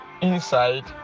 inside